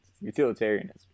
utilitarianism